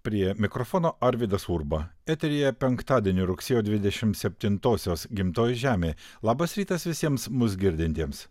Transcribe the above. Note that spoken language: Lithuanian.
prie mikrofono arvydas urba eteryje penktadienį rugsėjo dvidešim septintosios gimtoji žemė labas rytas visiems mus girdintiems